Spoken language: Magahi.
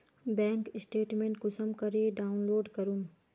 बैंक स्टेटमेंट कुंसम करे डाउनलोड करूम?